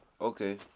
Okay